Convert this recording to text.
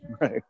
right